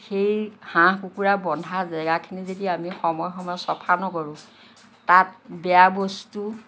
সেই হাঁহ কুকুৰা বন্ধা জাজেখিনি যদি আমি সময় সময় চাফা নকৰোঁ তাত বেয়া বস্তু